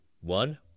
one